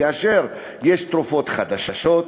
כאשר יש תרופות חדשות,